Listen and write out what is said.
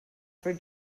for